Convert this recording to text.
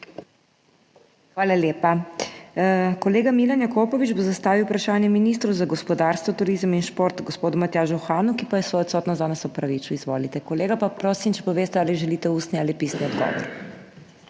Hvala lepa. Kolega Milan Jakopovič bo zastavil vprašanje ministru za gospodarstvo, turizem in šport gospodu Matjažu Hanu, ki pa je svojo odsotnost danes opravičil. Izvolite, kolega. Pa prosim, da poveste, ali želite ustni ali pisni odgovor.